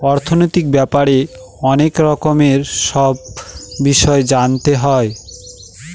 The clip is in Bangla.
অর্থনৈতিক ব্যাপারে অনেক রকমের সব বিষয় জানতে হয়